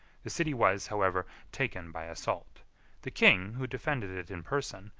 the city was, however, taken by assault the king, who defended it in person,